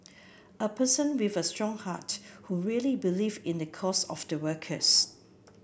a person with a strong heart who really believe in the cause of the workers